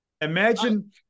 Imagine